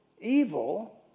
evil